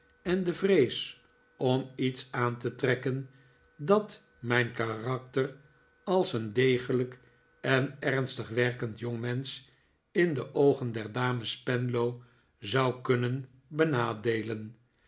en de vrees om iets aan te trekken dat mijn karakter als een degelijk en ernstig werkend jongmensch in de oogen der dames spenlow zou kunnen benadeelen